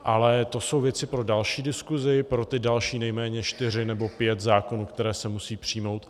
Ale to jsou věci pro další diskusi, pro ty další nejméně čtyři nebo pět zákonů, které se musí přijmout.